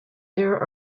there